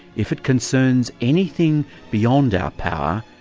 if it concerns anything beyond our power,